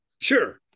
Sure